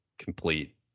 complete